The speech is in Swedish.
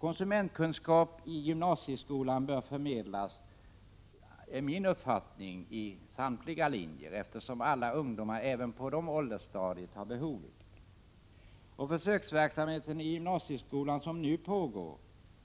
Konsumentkunskap i gymnasieskolen bör enligt min mening förmedlas på samtliga linjer. Det handlar ju om någonting som alla ungdomar — alltså även ungdomar på detta stadium — har ett behov av. Den försöksverksamhet i gymnasieskolan som nu pågår